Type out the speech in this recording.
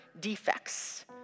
defects